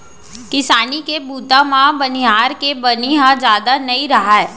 किसानी के बूता म बनिहार के बनी ह जादा नइ राहय